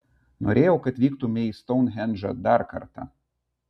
norėjau kad vyktumei į stounhendžą dar kartą